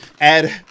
Add